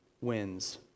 wins